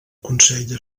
consell